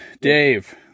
Dave